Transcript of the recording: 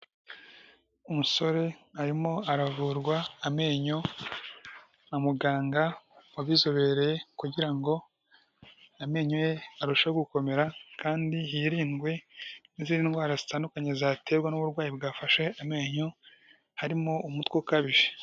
Umusore arimo aravurwa amenyo na muganga wabizobereye kugira ngo amenyo ye arusheho gukomera kandi hirindwe n'izindi ndwara zitandukanye zaterwa n'uburwayi bwafashe amenyo, harimo umutwe ukabije.